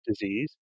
disease